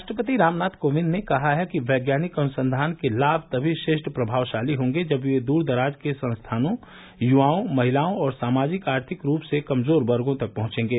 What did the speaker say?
राष्ट्रपति रामनाथ कोविंद ने कहा है कि वैज्ञानिक अनुसंधान के लाभ तभी श्रेष्ठ प्रभावशाली होंगे जब वे दूरदराज के संस्थानों युवाओं महिलाओं और सामाजिक आर्थिक रूप से कमजोर वर्गो तक पहुंचेंगे